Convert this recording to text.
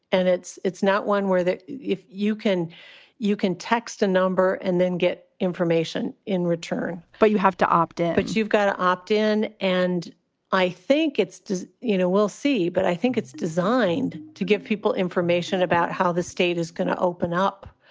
and it's it's not one where if you can you can text a number and then get information in return. but you have to opt in. but you've got to opt in. and i think it's you know, we'll see. but i think it's designed to give people information about how the state is going to open up.